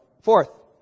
Fourth